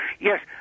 Yes